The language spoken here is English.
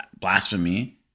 blasphemy